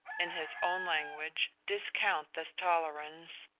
in his own language, discount this tolerance,